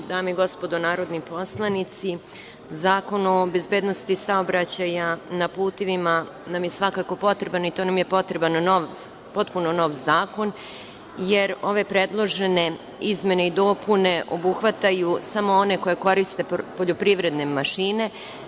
Dame i gospodo narodni poslanici, Zakon o bezbednosti saobraćaja na putevima nam je svakako potreban i to nam je potreban nov, potpuno nov zakon, jer ove predložene izmene i dopune obuhvataju samo one koji koriste poljoprivredne mašine.